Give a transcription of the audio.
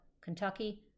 Kentucky